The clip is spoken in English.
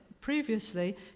previously